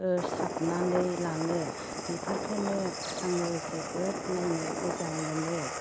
ओ साबनानै लाङो बिफोरखोनो आङो जोबोद नायनो मोजां मोनो